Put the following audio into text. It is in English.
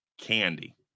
candy